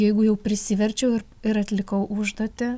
jeigu jau prisiverčiau ir ir atlikau užduotį